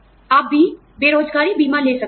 आप भी बेरोज़गारी बीमा ले सकते हैं